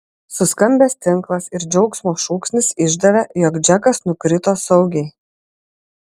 suskambęs tinklas ir džiaugsmo šūksnis išdavė jog džekas nukrito saugiai